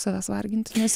savęs varginti nes